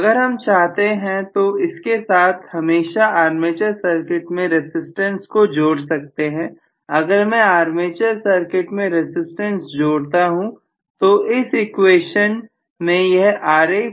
अगर हम चाहते हैं तो इसके साथ हमेशा आर्मेचर सर्किट में रसिस्टेंस को जोड़ सकते हैं अगर मैं आर्मेचर सर्किट में रसिस्टेंस जोड़ता हूं तो इस इनोवेशन में यह Ra प्लस Rexternal हो जाएगा